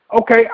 Okay